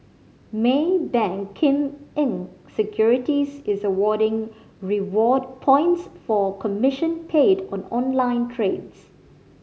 Maybank Kim Eng Securities is awarding reward points for commission paid on online trades